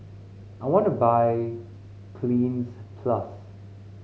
I want to buy Cleanz Plus